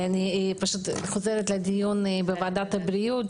חוזרת מדיון מאוד חשוב בוועדת הבריאות,